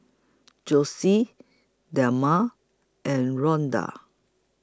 Josef Delma and Rondal